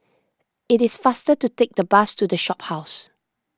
it is faster to take the bus to the Shophouse